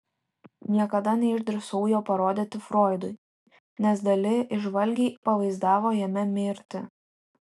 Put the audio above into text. niekada neišdrįsau jo parodyti froidui nes dali įžvalgiai pavaizdavo jame mirtį